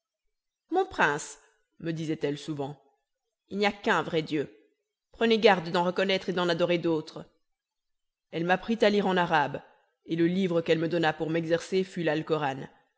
mon prince me disait-elle souvent il n'y a qu'un vrai dieu prenez garde d'en reconnaître et d'en adorer d'autres elle m'apprit à lire en arabe et le livre qu'elle me donna pour m'exercer fut l'alcoran